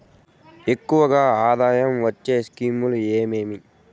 ఎక్కువగా ఆదాయం వచ్చే స్కీమ్ లు ఏమేమీ?